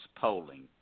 polling